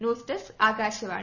news desk Akashvani